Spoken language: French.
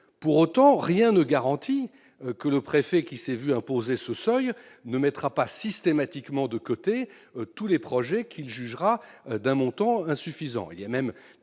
Pour autant, rien ne garantit que le préfet qui s'est vu imposer ce seuil ne mettra pas systématiquement de côté tous les projets qu'il jugera d'un montant insuffisant.